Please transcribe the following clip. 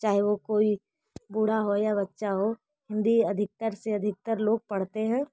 चाहे वो कोई बूढ़ा हो या बच्चा हो हिन्दी अधिकतर से अधिकतर लोग पढ़ते हैं